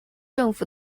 政府